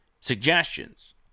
suggestions